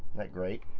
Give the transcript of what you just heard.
that great?